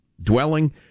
dwelling